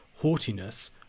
haughtiness